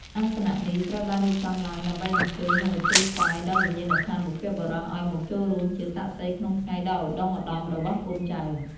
អាសនៈនេះត្រូវបានរៀបចំឡើងដើម្បីអញ្ជើញ និងឧទ្ទិសថ្វាយដល់វិញ្ញាណក្ខន្ធបុព្វបុរសឲ្យមកចូលរួមជាសាក្សីក្នុងថ្ងៃដ៏ឧត្តុង្គឧត្តមរបស់កូនចៅ។